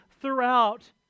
throughout